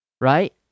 Right